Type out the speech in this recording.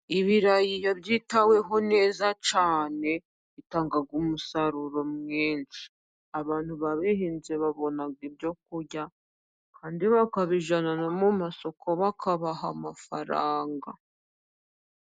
Ibirayi iyo byitaweho neza cyane ,bitanga umusaruro mwinshi .Abantu babihinze babona ibyo kurya kandi bakabijyana no mu masoko bakabaha amafaranga.